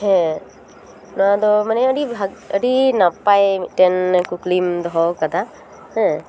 ᱦᱮᱸ ᱱᱚᱣᱟᱫᱚ ᱢᱟᱱᱮ ᱟᱹᱰᱤ ᱟᱹᱰᱤ ᱱᱟᱯᱟᱭ ᱢᱤᱫᱴᱮᱱ ᱠᱩᱠᱞᱤᱢ ᱫᱚᱦᱚ ᱟᱠᱟᱫᱟ ᱦᱮᱸ